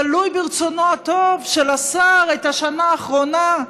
תלוי ברצונו הטוב של השר, את השנה האחרונה,